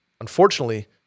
Unfortunately